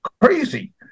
crazy